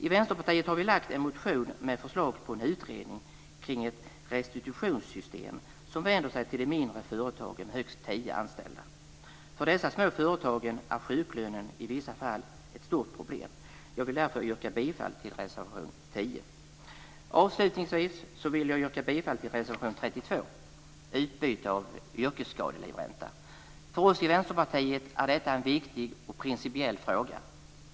I Vänsterpartiet har vi lagt fram en motion med förslag om en utredning kring ett restitutionssystem som vänder sig till de mindre företagen med högst tio anställda. För dessa små företag är sjuklönen i vissa fall ett stort problem. Jag vill därför yrka bifall till reservation 10. Avslutningsvis vill jag yrka bifall till reservation 32 om utbyte av yrkesskadelivränta. För oss i Vänsterpartiet är detta en viktig och principiell fråga.